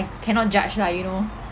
cannot judge lah you know